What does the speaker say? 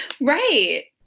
Right